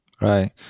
Right